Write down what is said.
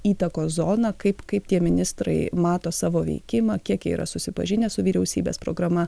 įtakos zoną kaip kaip tie ministrai mato savo veikimą kiek jie yra susipažinę su vyriausybės programa